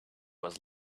was